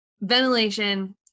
ventilation